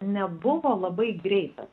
nebuvo labai greitas